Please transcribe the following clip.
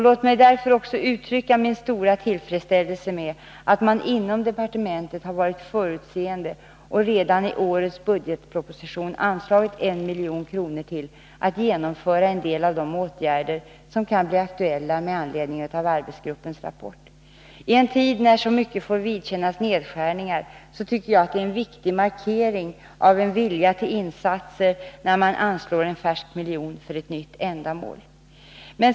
Låt mig därför också uttrycka min stora tillfredsställelse över att man inom departementet varit förutseende nog att redan i årets budgetproposition anslå 1 milj.kr. till genomförandet av en del av de åtgärder som kan bli aktuella med anledning av arbetsgruppens rapport. I en tid då så mycket får vidkännas nedskärningar tycker jag att det är en viktig markering av en vilja till insatser när man anslår en ”färsk” miljon för ett nytt ändamål.